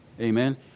Amen